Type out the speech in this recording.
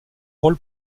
rôle